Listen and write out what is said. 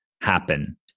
happen